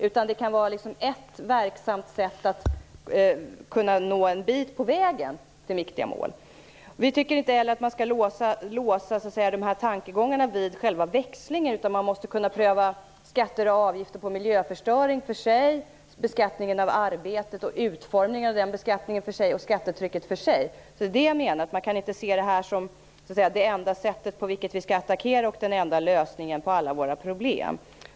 Men det kan vara ett verksamt sätt att nå en bit på vägen mot viktiga mål. Vi tycker heller inte att man skall låsa tankegångarna vid själva växlingen. Man måste kunna pröva skatter och avgifter på miljöförstöring för sig, beskattningen av arbete och utformningen av den beskattningen för sig och skattetrycket för sig. Det är det jag menar. Man kan inte se det här som det enda sätt på vilket vi skall attackera och som den enda lösningen på alla våra problem.